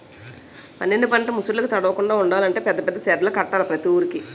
పండిన పంట ముసుర్లుకి తడవకుండలంటే పెద్ద పెద్ద సెడ్డులు కట్టాల ప్రతి వూరికి